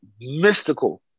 mystical